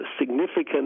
significant